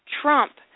trump